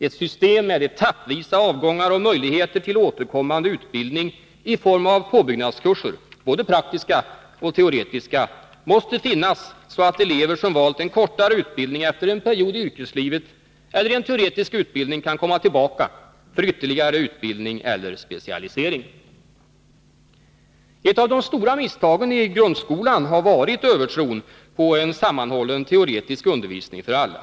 Ett system med avgångar etappvis och möjligheter till återkommande utbildning i form av påbyggnadskurser — både praktiska och teoretiska — måste finnas så att elever som valt en kortare utbildning efter en period i yrkeslivet eller en teoretisk utbildning kan komma tillbaka för ytterligare utbildning eller specialisering. Ett av de stora misstagen i grundskolan har varit övertron på en sammanhållen teoretisk undervisning för alla.